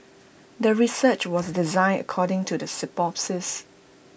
the research was designed according to the hypothesis